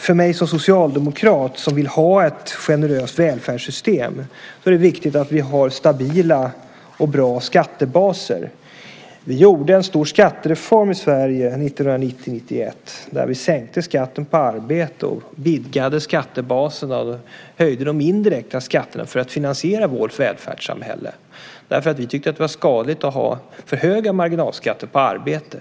För mig som socialdemokrat, som vill ha ett generöst välfärdssystem, är det viktigt att vi har stabila och bra skattebaser. Vi gjorde en stor skattereform i Sverige 1990-1991 där vi sänkte skatten på arbete, vidgade skattebaserna och höjde de indirekta skatterna för att finansiera vårt välfärdssamhälle. Vi tyckte att det var skadligt att ha för höga marginalskatter på arbete.